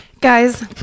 guys